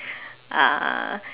uh